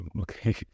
okay